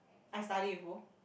I study with who